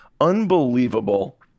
unbelievable